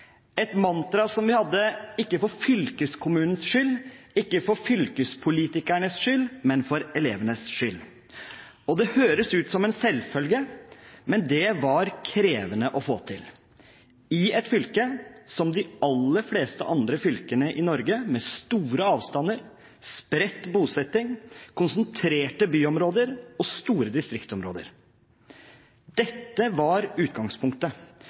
et mantra vi hadde, ikke for fylkeskommunenes skyld, ikke for fylkespolitikernes skyld, men for elevenes skyld. Det høres ut som en selvfølge, men det var krevende å få til i et fylke, som i de aller fleste andre fylkene i Norge, med store avstander, spredt bosetting, konsentrerte byområder og store distriktsområder. Dette var utgangspunktet.